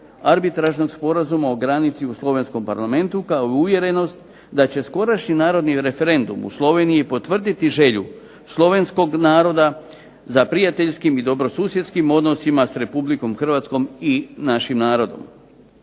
arbitražnog sporazuma o granici u Slovenskom parlamentu kao i uvjerenost da će skorašnji narodni referendum u Sloveniji potvrditi želju slovenskog naroda za prijateljskim i dobrosusjedskim odnosima s Republikom Hrvatskom i našim narodom.